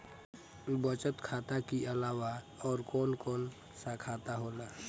बचत खाता कि अलावा और कौन कौन सा खाता होला?